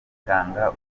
gitanga